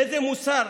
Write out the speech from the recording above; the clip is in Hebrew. באיזה מוסר,